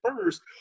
first